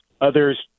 others